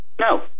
No